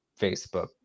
Facebook